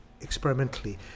experimentally